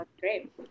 Great